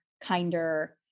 kinder